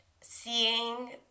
seeing